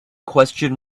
question